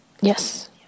yes